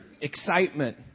excitement